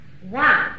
one